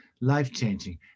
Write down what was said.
life-changing